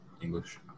English